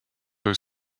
aux